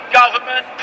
government